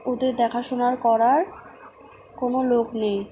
ওদের দেখাশোনার করার কোনো লোক নেই